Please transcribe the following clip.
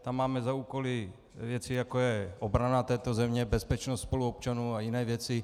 Tam máme za úkol věci, jako je obrana této země, bezpečnost spoluobčanů a jiné věci.